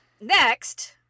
Next